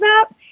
up